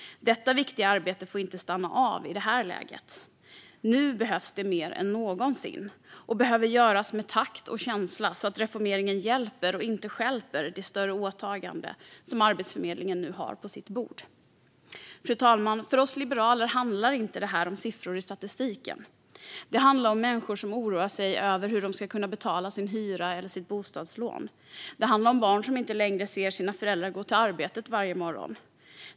Detta viktiga arbete får inte stanna av i det här läget - nu behövs det mer än någonsin, och det behöver göras med takt och känsla så att reformeringen hjälper och inte stjälper det större åtagande som Arbetsförmedlingen nu har på sitt bord. Fru talman! För oss liberaler handlar detta inte om siffror i statistiken, utan det handlar om människor som oroar sig över hur de ska kunna betala sin hyra eller sitt bostadslån. Det handlar om barn som inte längre ser sina föräldrar gå till arbetet varje morgon.